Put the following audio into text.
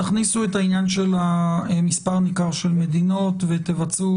תכניסו את העניין של מספר ניכר של מדינות ותבצעו